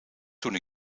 toen